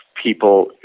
People